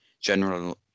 general